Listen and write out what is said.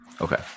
Okay